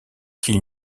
qu’il